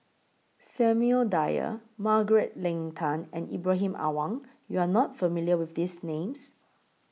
Samuel Dyer Margaret Leng Tan and Ibrahim Awang YOU Are not familiar with These Names